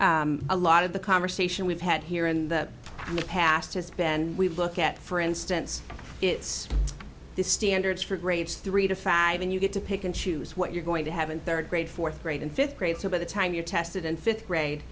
eight a lot of the conversation we've had here in the past has been we look at for instance it's these standards for grades three to five and you get to pick and choose what you're going to have in third grade fourth grade and fifth grade so by the time you're tested in fifth grade